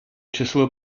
число